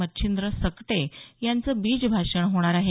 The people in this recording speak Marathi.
मच्छिंद्र सकटे यांचं बीजभाषण होणार आहे